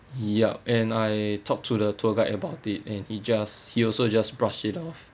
yup and I talk to the tour guide about it and he just he also just brush it off